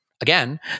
Again